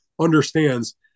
understands